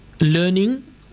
Learning